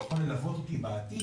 יכול ללוות אותי בעתיד,